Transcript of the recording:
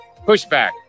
pushback